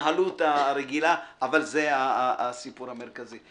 בהתנהלות הרגילה, אבל זה הסיפור המרכזי.